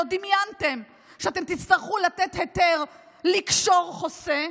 לא דמיינתם שאתם תצטרכו לתת היתר לקשור חוסה,